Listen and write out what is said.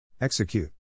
execute